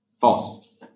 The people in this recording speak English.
False